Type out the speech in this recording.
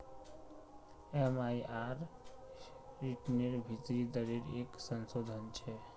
MIRR रिटर्नेर भीतरी दरेर एक संशोधन छे